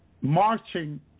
marching